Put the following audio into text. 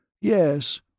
Yes